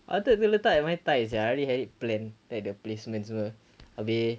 ada letak at my thigh sia I already had it planned like the placement semua habis